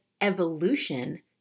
evolution